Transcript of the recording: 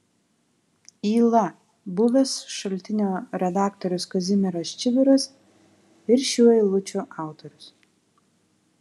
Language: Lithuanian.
yla buvęs šaltinio redaktorius kazimieras čibiras ir šių eilučių autorius